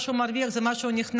מה שהוא מרוויח זה מה שהוא מכניס.